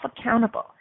accountable